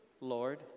Lord